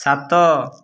ସାତ